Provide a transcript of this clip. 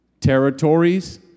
territories